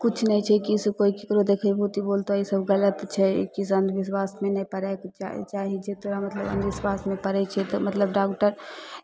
किछु नहि छै कि कोइ ककरो देखैबहो तऽ बोलतै ई सभ गलत छै इस अन्धविश्वासमे नहि पड़य पड़यके चा चाही जिस तरह मतलब अन्धविश्वासमे पड़ै छै तऽ डाग्डर